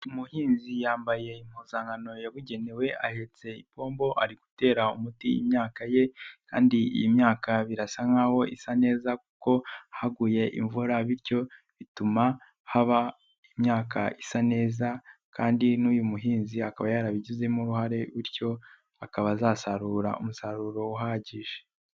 Umuhinzi yambaye impuzankano yabugenewe ahetse ipombo ari gutera umuti imyaka ye kandi iyi myaka birasa nkaho isa neza kuko haguye imvura bityo bituma haba imyaka isa neza kandi n'uyu muhinzi akaba yarabigizemo uruhare bityo akaba azasarura umusaruro uhagije.